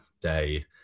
day